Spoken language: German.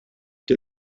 der